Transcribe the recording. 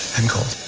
and cold.